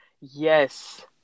Yes